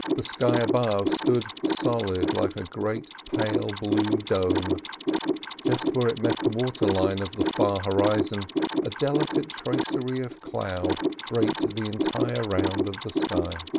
the sky above stood solid like a great pale blue dome just where it met the water line of the far horizon a delicate tracery of cloud draped the entire round of the sky.